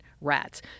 rats